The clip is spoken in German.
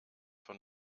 von